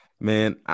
Man